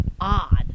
odd